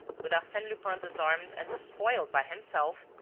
with arsene lupin disarmed and despoiled by himself,